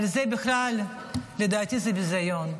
שלדעתי זה ביזיון.